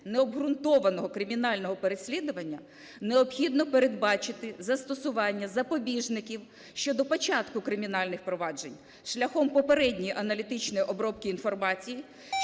необґрунтованого кримінального переслідування необхідно передбачити застосування запобіжників щодо початку кримінальних проваджень шляхом попередньої аналітичної обробки інформації,